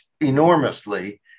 enormously